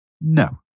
No